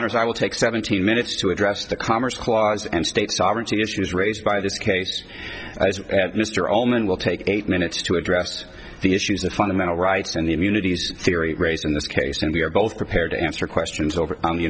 honor so i will take seventeen minutes to address the commerce clause and state sovereignty issues raised by this case mr allman will take eight minutes to address the issues of fundamental rights and the immunities theory raised in this case and we are both prepared to answer questions over on the